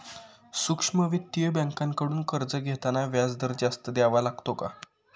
सूक्ष्म वित्तीय बँकांकडून कर्ज घेताना व्याजदर जास्त द्यावा लागतो का?